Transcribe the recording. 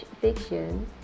fiction